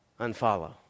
unfollow